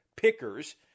pickers